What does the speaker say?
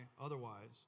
otherwise